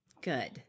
Good